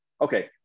Okay